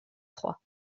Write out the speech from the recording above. trois